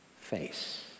face